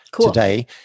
today